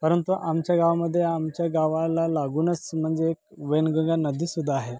परंतु आमच्या गावामध्ये आमच्या गावाला लागूनच म्हणजे एक वैनगंगा नदीसुद्धा आहे